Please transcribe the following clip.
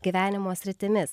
gyvenimo sritimis